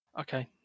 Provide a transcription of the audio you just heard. Okay